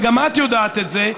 וגם את יודעת את זה,